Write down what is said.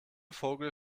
vogel